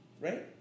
Right